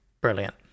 brilliant